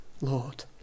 Lord